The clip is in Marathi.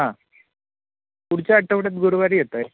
हो पुढच्या आठवड्यात गुरवारी येतय